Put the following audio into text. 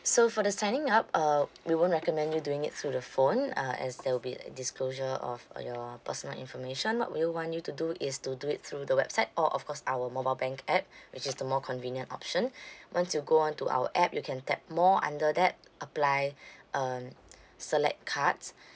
so for the signing up uh we won't recommend you doing it through the phone uh as there'll be a disclosure of your personal information what we will want you to do is to do it through the website or of course our mobile bank app which is the more convenient option once you go on to our app you can tap more under that apply um select cards